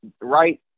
right